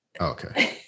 Okay